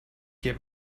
get